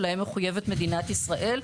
שלהם מחויבת מדינת ישראל.